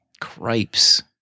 Cripes